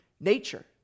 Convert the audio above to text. nature